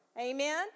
Amen